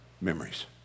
memories